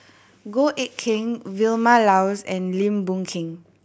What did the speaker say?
Goh Eck Kheng Vilma Laus and Lim Boon Keng